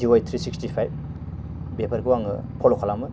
दि Y three सिक्सथिपाइप बेफोरखौ आङो फल' खालामो